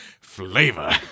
flavor